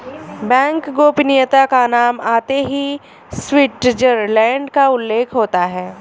bank गोपनीयता का नाम आते ही स्विटजरलैण्ड का उल्लेख होता हैं